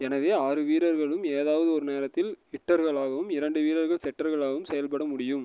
எனவே ஆறு வீரர்களும் ஏதாவது ஒரு நேரத்தில் ஹிட்டர்களாகவும் இரண்டு வீரர்கள் செட்டர்களாகவும் செயல்பட முடியும்